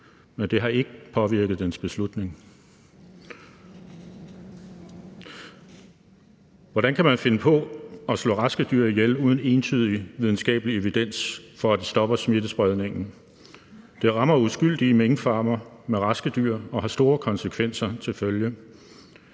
men det har ikke påvirket regeringens beslutning. Hvordan kan man finde på at slå raske dyr ihjel uden entydig videnskabelig evidens for, at det stopper smittespredningen? Det rammer uskyldige minkfarmere med raske dyr og har store konsekvenser til følge.